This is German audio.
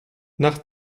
nach